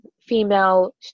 female